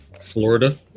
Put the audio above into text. florida